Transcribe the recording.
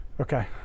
Okay